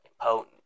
potent